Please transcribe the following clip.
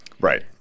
Right